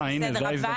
תודה, זאת ההזדמנות.